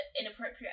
inappropriate